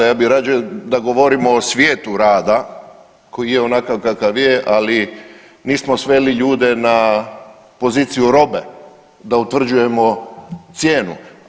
Ja bih rađe da govorimo o svijetu rada koji je onakav kakav je, ali nismo sveli ljude na poziciju robe, da utvrđujemo cijenu.